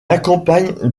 accompagne